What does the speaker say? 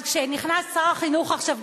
אז כשנכנס שר החינוך עכשיו,